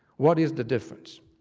what is the difference?